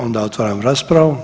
Onda otvaram raspravu.